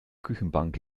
küchenbank